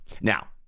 Now